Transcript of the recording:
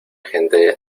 gente